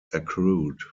accrued